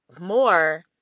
More